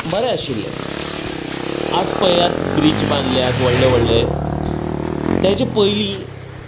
बरें आशिल्लें आज पळयात ब्रीज बांदल्यात व्हडले व्हडले तेजे पयलीं